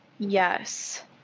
Yes